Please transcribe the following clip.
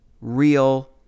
real